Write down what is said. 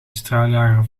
straaljager